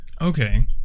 okay